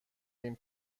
این